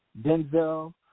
Denzel